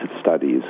studies